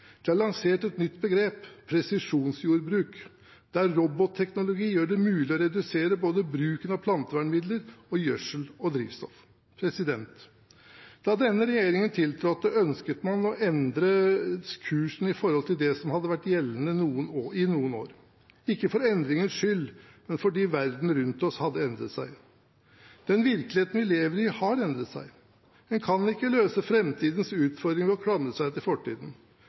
Det er lansert et nytt begrep, presisjonsjordbruk, der robotteknologi gjør det mulig å redusere bruken av både plantevernmidler, gjødsel og drivstoff. Da denne regjeringen tiltrådte, ønsket man å endre kursen i forhold til det som hadde vært gjeldende i noen år – ikke for endringens skyld, men fordi verden rundt oss hadde endret seg. Den virkeligheten vi lever i, har endret seg. En kan ikke løse framtidens utfordringer ved å klamre seg til fortiden.